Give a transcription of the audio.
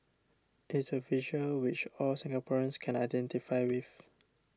it's a visual which all Singaporeans can identify with